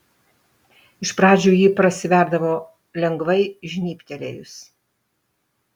iš pradžių ji prasiverdavo lengvai žnybtelėjus